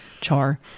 Char